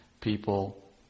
people